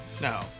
No